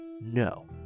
no